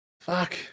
Fuck